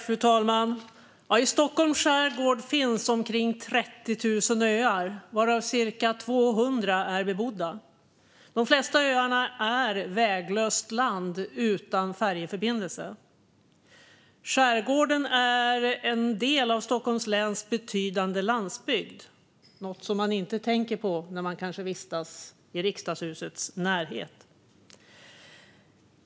Fru talman! I Stockholms skärgård finns omkring 30 000 öar, varav cirka 200 är bebodda. De flesta öarna är väglöst land utan färjeförbindelse. Skärgården är en del av Stockholms läns betydande landsbygd, någonting som man kanske inte tänker på när man vistas i Riksdagshusets närhet.